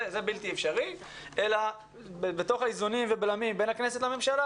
זה בלתי אפשרי אלא בתוך האיזונים והבלמים בין הכנסת לממשלה,